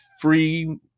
free